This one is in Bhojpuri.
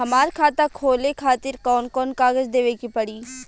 हमार खाता खोले खातिर कौन कौन कागज देवे के पड़ी?